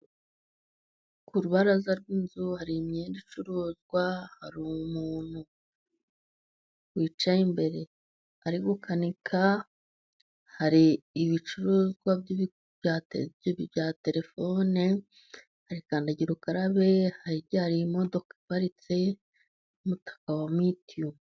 Ku rubaraza rw'inzu hari imyenda icuruzwa, hari umuntu wicaye imbere ari gukanika, hari ibicuruzwa bya telefone, hari kandagirukarabe, hirya hari imodoka iparitse, n'umutaka wa mitiyu.